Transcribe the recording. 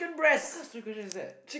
what kind of stupid question is that